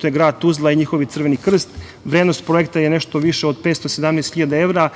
to je grad Tuzla i njihov Crveni Krst. Vrednost projekta je nešto više od 517 hiljada